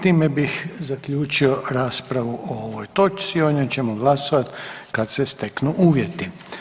Time bih zaključio raspravu o ovoj točci o njoj ćemo glasovat kad se steknu uvjeti.